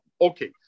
Okay